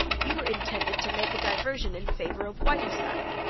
you were intended to make a diversion in favor of whiterside.